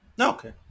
okay